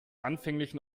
anfänglichen